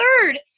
third